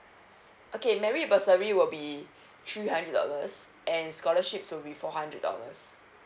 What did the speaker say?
okay merit bursary will be three hundred dollars and scholarships will be four hundred dollars